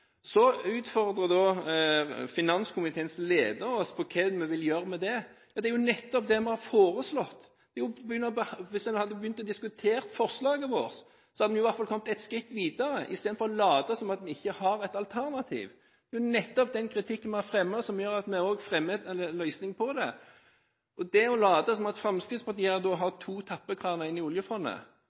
Så utfordrer da finanskomiteens leder oss på hva vi vil gjøre med det. Jo, det er jo nettopp det vi har foreslått. Hvis man hadde begynt å diskutere forslaget vårt, hadde vi jo i hvert fall kommet ett skritt videre i stedet for å late som om vi ikke har et alternativ. Det er nettopp den kritikken vi har fremmet, som gjør at vi også fremmer en løsning på det. Og det å late som om Fremskrittspartiet har to tappekraner inn i oljefondet